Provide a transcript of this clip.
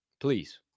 please